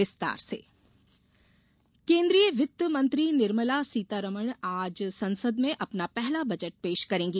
budget उम्मीद केन्द्रीय वित्त मंत्री निर्मला सीतारामन आज संसद में अपना पहला बजट पेश करेंगी